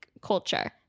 culture